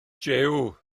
jiw